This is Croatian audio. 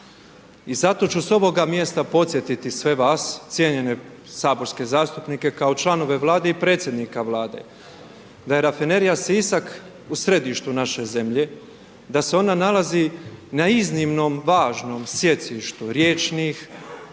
i zato ću s ovoga mjesta podsjetiti sve vas, cijenjene saborske zastupnike, kao članove Vlade i predsjednika Vlade, da je Rafinerija Sisak u središtu naše zemlje, da se ona nalazi na iznimnom važnom sjecištu riječnih